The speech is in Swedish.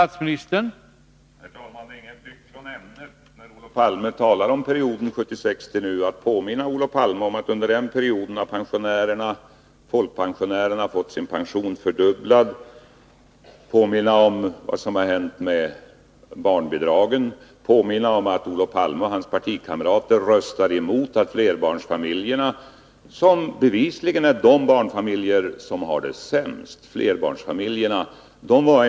Herr talman! När Olof Palme talar om perioden från 1976 till nu, är det ingen flykt från ämnet att påminna om att under den perioden har folkpensionärerna fått sin pension fördubblad, att påminna om vad som har hänt med barnbidragen, att påminna om att Olof Palme och hans partikamrater röstade mot ett förhöjt barnbidrag till flerbarnsfamiljer — de barnfamiljer som bevisligen har det sämst.